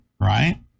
right